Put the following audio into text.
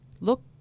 look